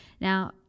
Now